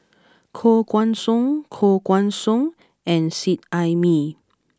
Koh Guan Song Koh Guan Song and Seet Ai Mee